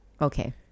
okay